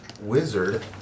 wizard